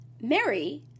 Mary